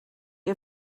ihr